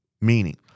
Meaning